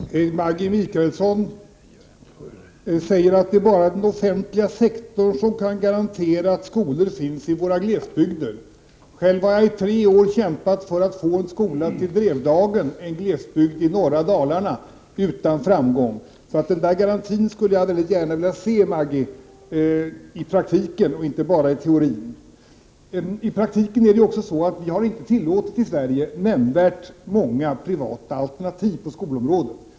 Fru talman! Maggi Mikaelsson säger att det bara är den offentliga sektorn som kan garantera att skolor finns i våra glesbygder. Själv har jag i tre år utan framgång kämpat för att få en skola till Drevdagen, en glesbygd i norra Dalarna. Den där garantin skulle jag gärna vilja se i praktiken, Maggi Mikaelsson, och inte bara i teorin. Det är också så att vi i Sverige i praktiken inte har tillåtit nämnvärt många privata alternativ på skolområdet.